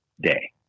day